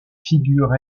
figure